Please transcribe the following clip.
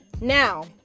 Now